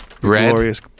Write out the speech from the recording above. Glorious